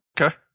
Okay